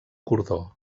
cordó